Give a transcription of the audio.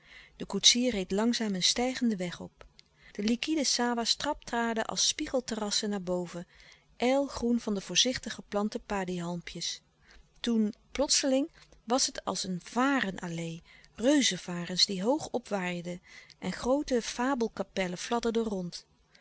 de koetsier reed langzaam een stijgenden weg op de liquide sawah's traptraden als spiegelterrassen naar boven ijl groen van de voorzichtig geplante padi halmpjes toen plotseling was het als een varen allee reuzevarens die hoogopwaaierden en groote fabelkapellen fladderden rond